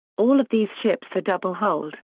all of these ships are double-hulled.